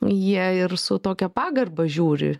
jie ir su tokia pagarba žiūri